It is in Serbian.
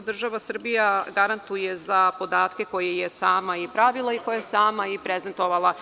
Država Srbija garantuje za podatke koje je sama i pravila i koje je sama prezentovala